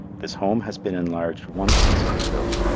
this home has been enlarged once since it was built,